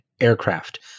aircraft